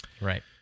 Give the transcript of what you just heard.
Right